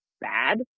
bad